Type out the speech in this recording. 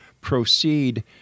proceed